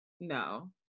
No